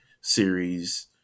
series